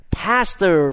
pastor